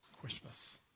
Christmas